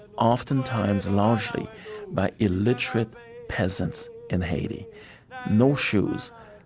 oftentimes and largely by illiterate peasants in haiti no shoes,